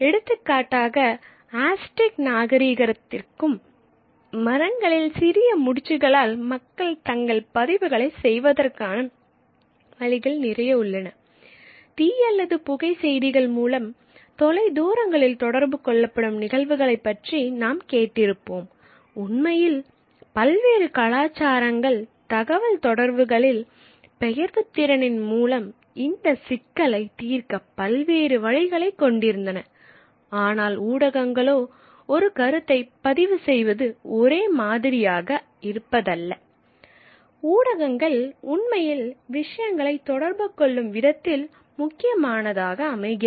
எடுத்துக்காட்டாக ஆஸ்டெக் ஊடகங்கள் உண்மையில் விஷயங்களை தொடர்பு கொள்ளும் விதத்தில் முக்கியமானதாக அமைகிறது